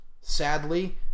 sadly